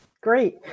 great